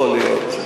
יכול להיות.